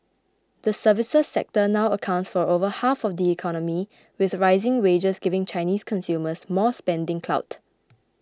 the services sector now accounts for over half of the economy with rising wages giving Chinese consumers more spending clout